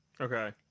okay